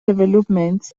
developments